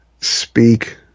speak